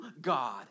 God